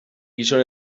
gizon